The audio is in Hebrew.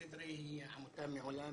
"סידרי" היא עמותה מעולה,